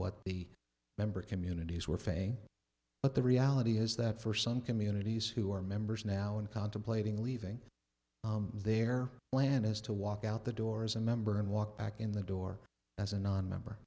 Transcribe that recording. what the member communities were facing but the reality is that for some communities who are members now in contemplating leaving their plan is to walk out the door as a member and walk back in the door as a nonmember